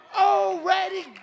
already